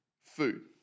food